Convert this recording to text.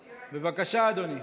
בבקשה, אדוני.